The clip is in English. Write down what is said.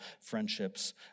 friendships